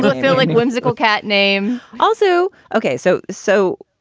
but so like whimsical cat name also ok. so, so,